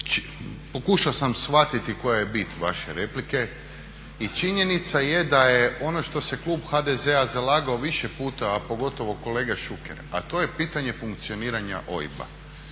pokušao sam shvatiti koja je bit vaše replike i činjenica je da je ono što se klub HDZ-a zalagao više puta a pogotovo kolega Šuker a to je pitanje funkcioniranja OIB-a.